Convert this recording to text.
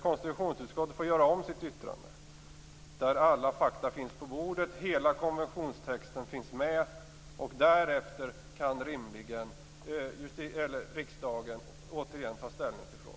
Konstitutionsutskottet får göra om sitt yttrande då alla fakta finns på bordet och hela konventionstexten finns med. Därefter kan rimligen riksdagen återigen ta ställning till frågan.